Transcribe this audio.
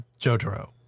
Jotaro